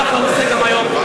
ככה הוא עושה גם היום.